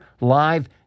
live